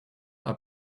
are